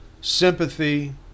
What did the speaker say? sympathy